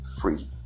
free